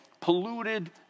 polluted